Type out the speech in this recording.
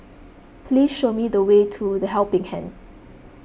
please show me the way to the Helping Hand